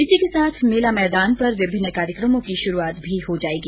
इसी के साथ मेला मैदान पर विभिन्न कार्यक्रमों की शुरुआत भी हो जायेगी